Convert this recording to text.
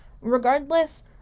regardless